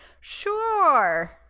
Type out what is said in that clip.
Sure